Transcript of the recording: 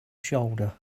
shoulder